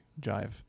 jive